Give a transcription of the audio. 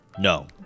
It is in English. No